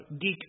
geek